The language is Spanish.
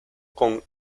con